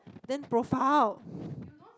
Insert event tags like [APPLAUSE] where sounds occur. then profile [BREATH]